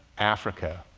africa,